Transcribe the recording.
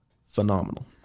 Phenomenal